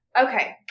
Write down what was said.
Okay